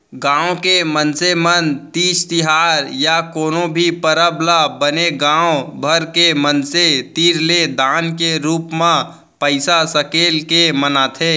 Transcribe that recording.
गाँव के मनसे मन तीज तिहार या कोनो भी परब ल बने गाँव भर के मनसे तीर ले दान के रूप म पइसा सकेल के मनाथे